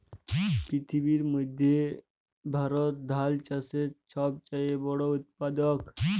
পিথিবীর মইধ্যে ভারত ধাল চাষের ছব চাঁয়ে বড় উৎপাদক